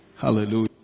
Hallelujah